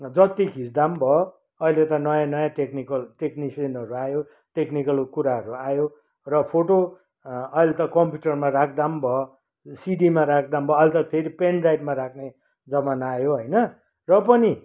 जत्ति खिच्दा पनि भयो अहिले त नयाँ नयाँ टेक्निकहरू टेक्निसियनहरू आयो टेक्निकलको कुराहरू आयो र फोटो अहिले त कम्प्युटरमा राख्दा पनि भयो सिडीमा राख्दा पनि भयो अहिले त फेरि पेन ड्राइभमा राख्ने जमाना आयो होइन र पनि हामी